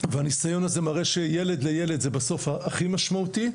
והניסיון הזה מראה שילד לילד זה בסוף הכי משמעותי,